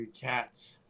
cats